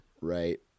right